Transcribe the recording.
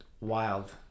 wild